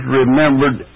remembered